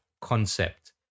concept